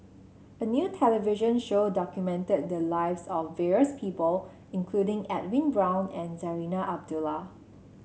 a new television show documented the lives of various people including Edwin Brown and Zarinah Abdullah